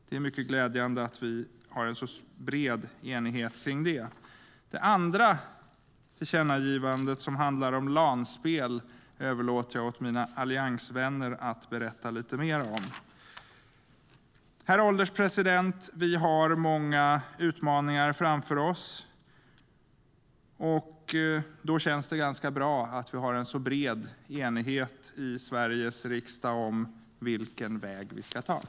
Det är mycket glädjande att vi har en så bred enighet om det. Det andra tillkännagivandet, som handlar om LAN-spel, överlåter jag till mina alliansvänner att berätta lite mer om.